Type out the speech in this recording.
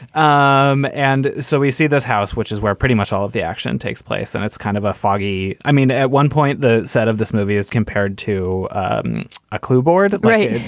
um and so we see this house, which is where pretty much all of the action takes place. and it's kind of a foggy. i mean, at one point, the set of this movie is compared to um a clue board. right.